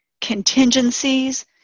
contingencies